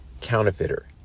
counterfeiter